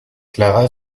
clara